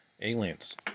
aliens